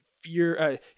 fear